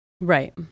right